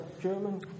German